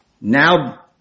Now